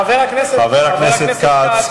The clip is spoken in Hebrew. חבר הכנסת כץ.